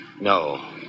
No